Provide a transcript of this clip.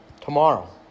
tomorrow